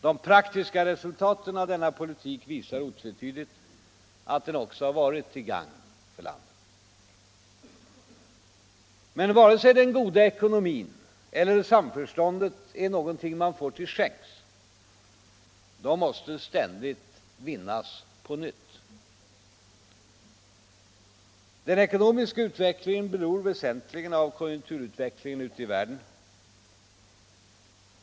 De praktiska resultaten av denna politik visar otvetydigt att den också varit till gagn för landet. Men varken den goda ekonomin eller samförståndet är någonting man får till skänks. De måste ständigt vinnas på nytt. Den ekonomiska utvecklingen beror väsentligen av konjunkturutvecklingen ute i världen.